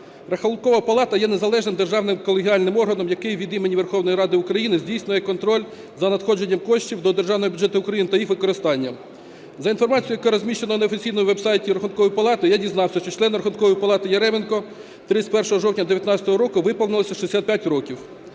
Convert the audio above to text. Рахункова палата є незалежним державним колегіальним органом, який від імені Верховної Ради України здійснює контроль за надходженням коштів до державного бюджету України та їх використанням. За інформацією, яка розміщена на офіційному веб-сайті Рахункової палати, я дізнався, що члену Рахункової палати Яременку 31 жовтня 19-го року виповнилося 65 років.